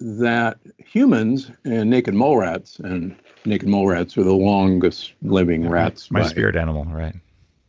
that humans and naked mole-rats, and naked mole-rats are the longest living rats my spirit animal, right